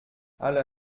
alle